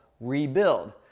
Rebuild